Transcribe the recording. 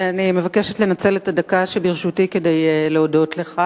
אני מבקשת לנצל את הדקה שברשותי כדי להודות לך